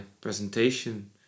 presentation